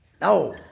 no